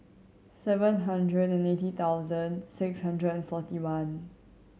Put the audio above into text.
seven hundred and eighty thousand six hundred and forty one